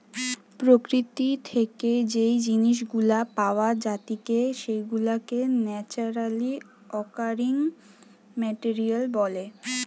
প্রকৃতি থেকে যেই জিনিস গুলা পাওয়া জাতিকে সেগুলাকে ন্যাচারালি অকারিং মেটেরিয়াল বলে